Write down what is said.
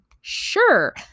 sure